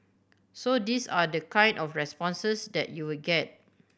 so these are the kind of responses that you'll get